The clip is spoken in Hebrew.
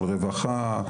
על רווחה,